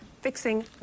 fixing